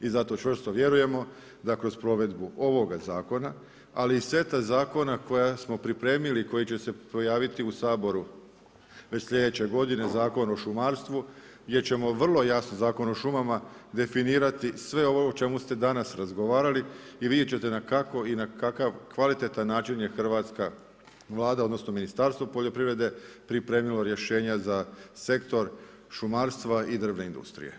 I zato čvrsto vjerujemo da kroz provedbu ovoga zakon, ali i seta zakona koja smo pripremili i koji će se pojaviti u Saboru već sljedeće godine, Zakon o šumarstvu gdje ćemo vrlo jasno Zakonom o šumama definirati sve ovo o čemu ste danas razgovarali i vidjeti ćete na kako i na kakav kvalitetan način je hrvatska Vlada odnosno ministarstvo poljoprivrede pripremilo rješenja za sektor šumarstva i drvne industrije.